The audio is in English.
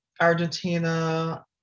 Argentina